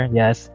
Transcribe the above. yes